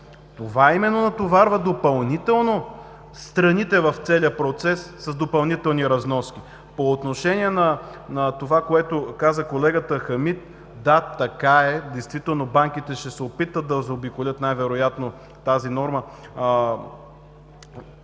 Това именно натоварва допълнително страните в целия процес с допълнителни разноски. По отношение на това, което каза колегата Хамид – да, така е. Действително банките ще се опитат да заобиколят най-вероятно тази норма,